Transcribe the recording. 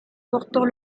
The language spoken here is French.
portant